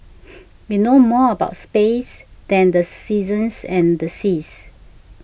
we know more about space than the seasons and the seas